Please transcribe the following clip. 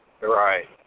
Right